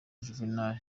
juvenal